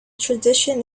tradition